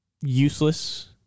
useless